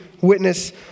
witness